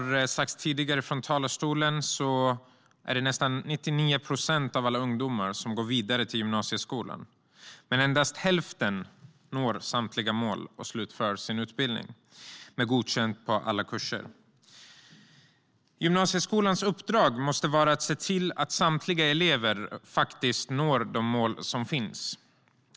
Det är nästan 99 procent av alla ungdomar som går vidare till gymnasieskolan, men endast hälften når samtliga mål och slutför sin utbildning med godkänt betyg på alla kurser. Gymnasieskolans uppdrag måste vara att se till att samtliga elever faktiskt når de mål som finns.